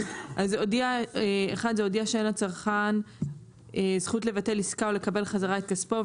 "1.הודיע שאין לצרכן זכות לבטל עסקה או לקבל חזרה את כספו,